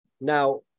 Now